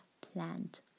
plant